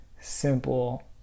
simple